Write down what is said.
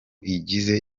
igize